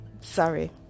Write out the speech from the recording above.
sorry